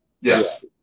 Yes